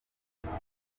imiti